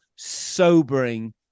sobering